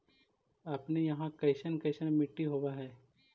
अपने यहाँ कैसन कैसन मिट्टी होब है?